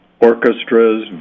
orchestras